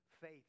faith